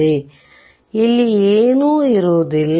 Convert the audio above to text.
ಆದ್ದರಿಂದ ಇಲ್ಲಿ ಏನೂ ಇರುವುದಿಲ್ಲ